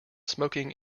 smoking